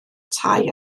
tai